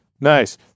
Nice